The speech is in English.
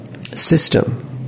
system